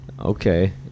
Okay